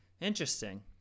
interesting